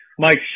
Mike